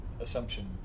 assumption